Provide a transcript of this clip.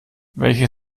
welche